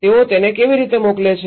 તેઓ તેને કેવી રીતે મોકલે છે